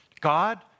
God